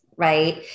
Right